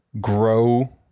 grow